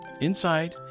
Inside